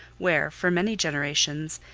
where, for many generations,